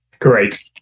great